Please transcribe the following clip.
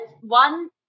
one